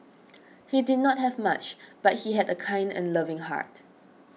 he did not have much but he had a kind and loving heart